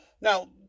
Now